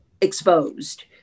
exposed